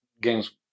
games